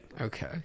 Okay